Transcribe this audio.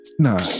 Nah